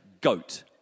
Goat